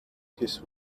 his